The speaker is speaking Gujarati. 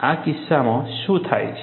આ કિસ્સામાં શું થાય છે